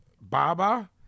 Baba